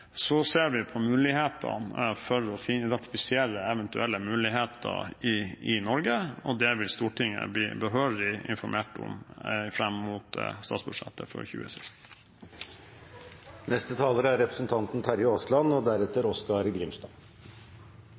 Så ser vi på mulighetene for å identifisere eventuelle muligheter i Norge, og det vil Stortinget bli behørig informert om fram mot statsbudsjettet for 2016.